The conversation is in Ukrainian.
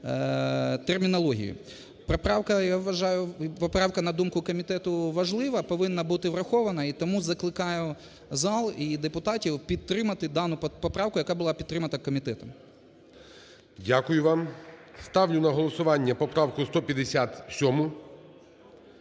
Дякую вам. Ставлю на голосування поправку 157.